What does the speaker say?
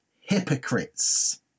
hypocrites